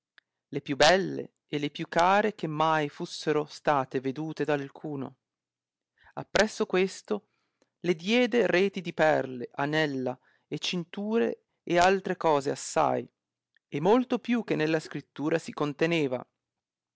le più belle e le più care che mai fusseno state vedute d alcuno appresso questo le diede reti di perle anella e cinture e altre cose assai e molto più che nella scritta si conteneva